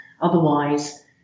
Otherwise